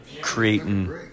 creating